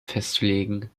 festzulegen